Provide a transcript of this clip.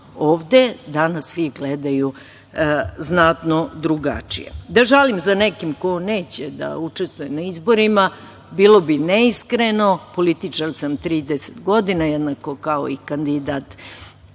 ovde, da nas svi gledaju znatno drugačije. Da žalim za nekim ko neće da učestvuje na izborima bilo bi neiskreno. Političar sam 30 godina, jednako kao i kandidat,